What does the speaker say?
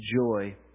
joy